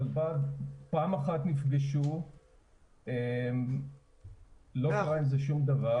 פעם אחת נפגשנו ולא יצא שום דבר.